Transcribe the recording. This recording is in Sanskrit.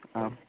आम्